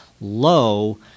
low